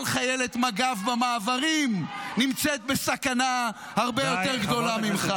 כל חיילת מג"ב במעברים נמצאת בסכנה הרבה יותר גדולה ממך.